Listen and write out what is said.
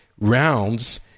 rounds